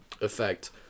Effect